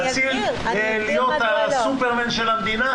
להציל ולהיות הסופרמן של המדינה.